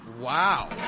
Wow